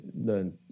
learn